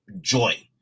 joy